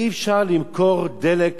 אי-אפשר למכור דלק